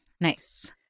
Nice